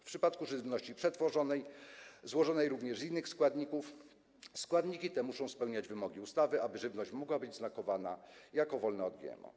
W przypadku żywności przetworzonej, złożonej również z innych składników, składniki te muszą spełniać wymogi ustawy, aby żywność mogła być znakowana jako wolna od GMO.